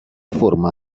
forma